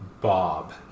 Bob